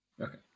Okay